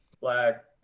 Black